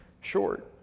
short